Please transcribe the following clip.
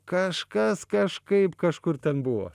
kažkas kažkaip kažkur ten buvo